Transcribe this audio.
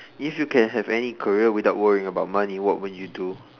if you can have any career without worrying about money what would you do